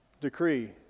decree